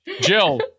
Jill